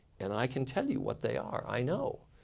and i can tell you what they are. i know.